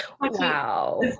Wow